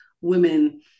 women